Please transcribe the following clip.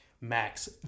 Max